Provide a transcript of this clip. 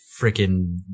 freaking